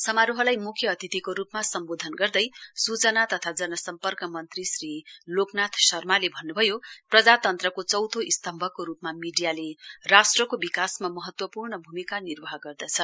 समारोहलाई मुख्य अतिथिको रुपमा सम्बोधन गर्दै सुचना तथा जन सम्पर्क मन्त्रीसश् श्री लोकनाथ शर्माले भन्नुभयो प्रजातन्त्रको चौथो स्तम्भको रुपमा मीडियाले राष्ट्रको विकासमा महत्वपूर्ण भूमिका निर्वाह गर्दछ